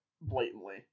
blatantly